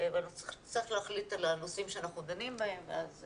ואנחנו נצטרך להחליט על הנושאים שאנחנו דנים בהם ואז